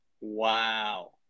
Wow